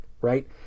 right